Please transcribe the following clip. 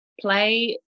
play